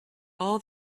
all